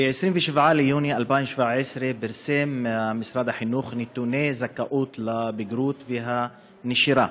ב-27 ביוני 2017 פרסם משרד החינוך נתוני זכאות לבגרות ונשירה,